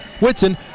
Whitson